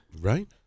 Right